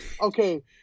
okay